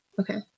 Okay